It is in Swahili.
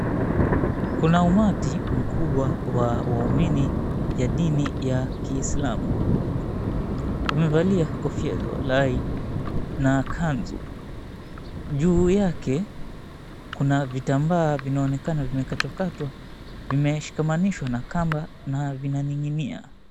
Kuna umati mkubwa wa waumini ya dini ya kisilamu wamevalia kofia za walahi na kanzu, juu yake kuna vitambaa vinaonekana vimekatwakatwa vimeshikamanishwa na kamba na vinang'inia.